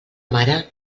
mare